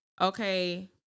okay